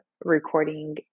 recording